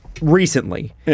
Recently